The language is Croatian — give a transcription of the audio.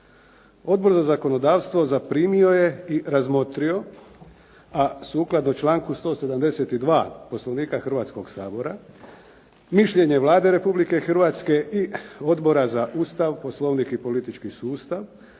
Odbor za zakonodavstvo zaprimio je i razmotrio, a sukladno članku 172. Poslovnika Hrvatskoga Sabora mišljenje Vlade Republike Hrvatske i Odbora za Ustav, Poslovnik i politički sustav,